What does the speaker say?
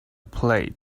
plate